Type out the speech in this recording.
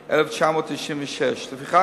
התשנ"ו 1996. לפיכך,